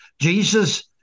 Jesus